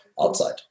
outside